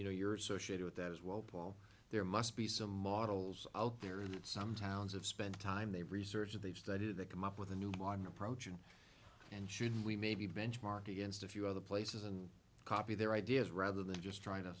you know you're associated with that as well paul there must be some models out there that some towns have spent time they research that they've studied that come up with a new modern approach and should we maybe benchmark against a few other places and copy their ideas rather than just trying to